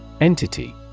Entity